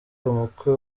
umukwe